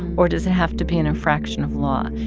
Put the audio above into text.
or does it have to be an infraction of law?